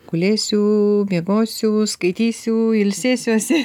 gulėsiu miegosiu skaitysiu ilsėsiuosi